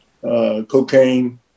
Cocaine